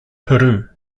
peru